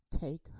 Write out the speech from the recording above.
take